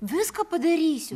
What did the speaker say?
viską padarysiu